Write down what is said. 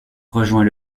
rejoint